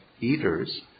eaters